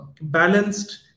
balanced